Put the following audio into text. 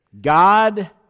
God